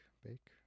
Bake